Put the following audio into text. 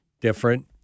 different